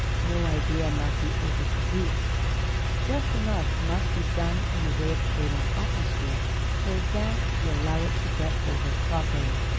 no idea must be overproduced just enough must be done in the way of creating atmosphere for a dance to allow it to get over properly.